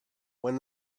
when